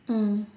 mm